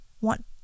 want